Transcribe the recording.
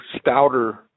stouter